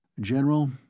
General